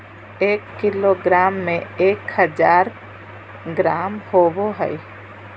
एक किलोग्राम में एक हजार ग्राम होबो हइ